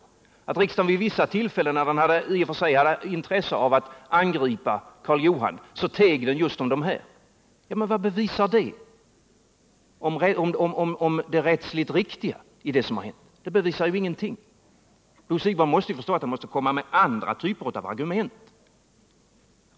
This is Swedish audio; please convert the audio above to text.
Och att riksdagen vid vissa tillfällen, när den i och för sig hade intresse av att angripa Karl Johan, teg just om detta — vad visar det om det rättsligt riktiga i det som hänt? Det bevisar ju ingenting! Bo Siegbahn måste förstå att han måste komma med andra typer av argument.